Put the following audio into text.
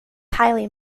highly